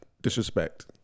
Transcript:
disrespect